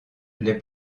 les